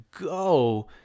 go